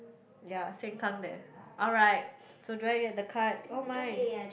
ya sengkang there alright so do I get the card oh my